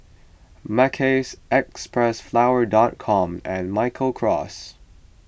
Mackays Xpressflower Com and Michael Kors